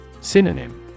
Synonym